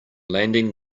landing